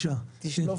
מקלב